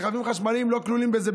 רכבים חשמליים לא כלולים בזה,